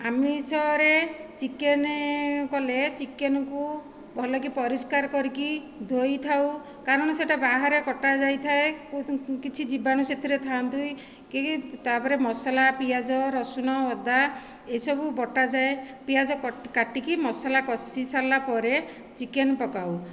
ଆମିଷରେ ଚିକେନ କଲେ ଚିକେନକୁ ଭଲ କି ପରିଷ୍କାର କରିକି ଧୋଇଥାଉ କାରଣ ସେଇଟା ବାହାରେ କଟାଯାଇଥାଏ କିଛି ଜୀବାଣୁ ସେଥିରେ ଥାନ୍ତି କି ତା'ପରେ ମସଲା ପିଆଜ ରସୁଣ ଅଦା ଏସବୁ ବଟାଯାଏ ପିଆଜ କାଟିକି ମସଲା କଷି ସାରିଲା ପରେ ଚିକେନ ପକାଉ